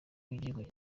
w’igihugu